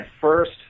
first